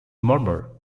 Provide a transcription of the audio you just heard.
murmur